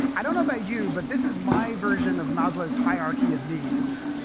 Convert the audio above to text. i don't know about you, but this is my version of maslow's hierarchy of needs.